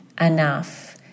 enough